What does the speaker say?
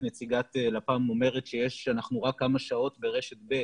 נציגת לפ"מ אומרת שאנחנו רק כמה שעות ברשת ב',